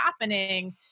happening